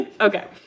Okay